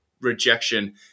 rejection